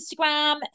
Instagram